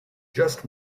just